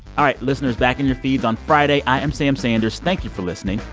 all right, listeners back in your feeds on friday. i am sam sanders. thank you for listening.